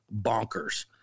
bonkers